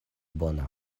bona